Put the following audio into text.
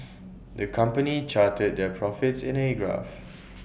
the company charted their profits in A graph